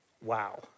Wow